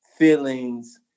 feelings